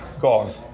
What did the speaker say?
gone